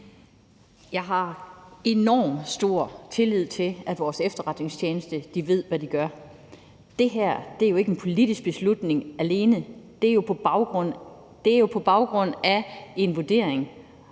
Jeg har enormt stor tillid til, at vores efterretningstjeneste ved, hvad den gør. Det her er jo ikke en politisk beslutning alene. Det er jo på baggrund af en vurdering,